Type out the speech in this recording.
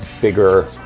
bigger